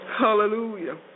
Hallelujah